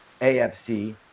AFC